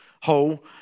whole